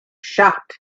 shocked